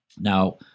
now